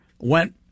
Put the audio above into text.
went